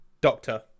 Doctor